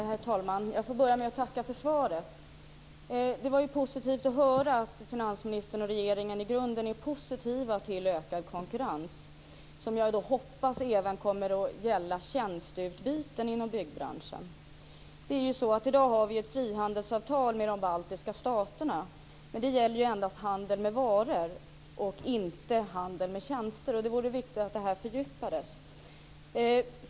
Herr talman! Jag får börja med att tacka för svaret. Det var positivt att höra att finansministern och regeringen i grunden är positiva till ökad konkurrens, som jag hoppas även kommer att gälla tjänsteutbyten inom byggbranschen. I dag har vi ett frihandelsavtal med de baltiska staterna. Men det gäller endast handel med varor och inte handel med tjänster. Jag tycker att det är viktigt att detta fördjupas.